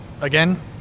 again